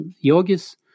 yogis